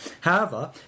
However